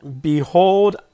Behold